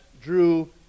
drew